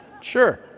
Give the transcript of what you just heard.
Sure